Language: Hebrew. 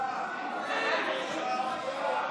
בתעריפי מים לאוכלוסיות נזקקות),